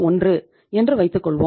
331 என்று வைத்துக்கொள்வோம்